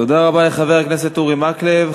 תודה רבה לחבר הכנסת אורי מקלב.